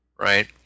right